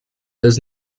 does